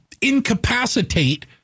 incapacitate